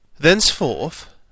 Thenceforth